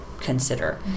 consider